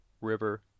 river